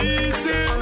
easy